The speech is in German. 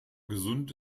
gesund